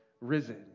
risen